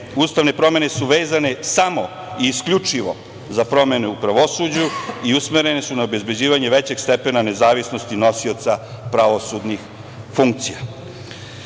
Ustavne promene su vezane samo i isključivo za promene u pravosuđu i usmerene su na obezbeđivanje većeg stepena nezavisnosti nosioca pravosudnih funkcija.No,